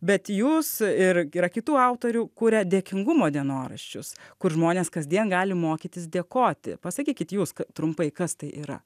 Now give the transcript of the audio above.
bet jūs ir yra kitų autorių kuria dėkingumo dienoraščius kur žmonės kasdien gali mokytis dėkoti pasakykit jūs trumpai kas tai yra